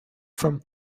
from